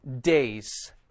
days